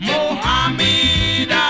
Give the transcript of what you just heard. Mohammed